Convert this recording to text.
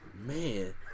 Man